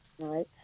right